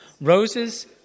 roses